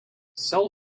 cell